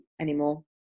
anymore